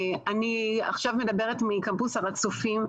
אני עכשיו מדברת מקמפוס הר הצופים,